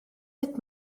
sut